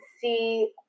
see